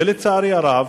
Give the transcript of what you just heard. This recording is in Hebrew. ולצערי הרב,